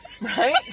Right